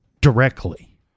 directly